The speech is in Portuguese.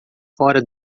fora